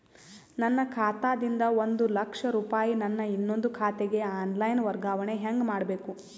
ನನ್ನ ಖಾತಾ ದಿಂದ ಒಂದ ಲಕ್ಷ ರೂಪಾಯಿ ನನ್ನ ಇನ್ನೊಂದು ಖಾತೆಗೆ ಆನ್ ಲೈನ್ ವರ್ಗಾವಣೆ ಹೆಂಗ ಮಾಡಬೇಕು?